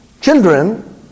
Children